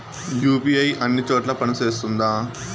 UPI అన్ని చోట్ల పని సేస్తుందా?